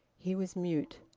he was mute.